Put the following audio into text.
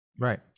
Right